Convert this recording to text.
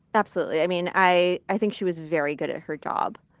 absolutely. i mean, i i think she was very good at her job.